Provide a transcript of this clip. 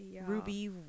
ruby